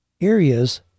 areas